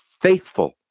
faithful